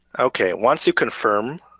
okay, once you confirm,